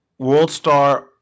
WorldStar